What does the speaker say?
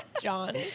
John